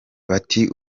bati